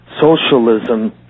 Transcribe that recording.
socialism